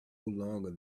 longer